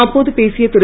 அப்போது பேசிய திரு